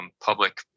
public